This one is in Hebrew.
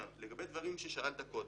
לגבי דברים ששאלת קודם.